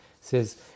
says